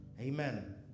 amen